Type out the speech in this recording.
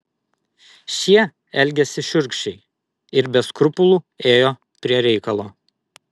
šie elgėsi šiurkščiai ir be skrupulų ėjo prie reikalo